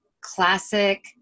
classic